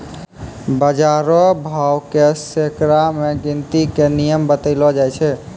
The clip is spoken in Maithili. बाजार रो भाव के सैकड़ा मे गिनती के नियम बतैलो जाय छै